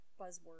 buzzword